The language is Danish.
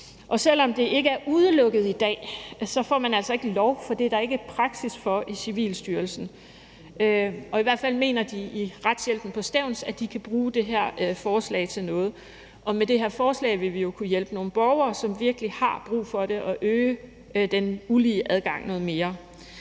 og selv om det i dag ikke er udelukket, får man altså ikke lov til det, fordi der i Civilstyrelsen ikke er en praksis for det. Og i hvert fald mener de også i retshjælpen på Stevns, at de kan bruge det her forslag til noget, og med forslaget vil vi jo kunne hjælpe nogle borgere, som virkelig har brug for det, og øge den adgang, der